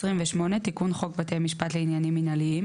תיקון חוק בתי משפט לעניינים מינהליים